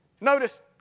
Notice